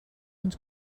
uns